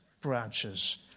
branches